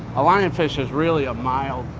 a lionfish is really a mild,